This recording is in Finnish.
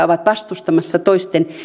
ovat vastustamassa toisten